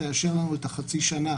חוק ומשפט תאשר לנו את החצי שנה,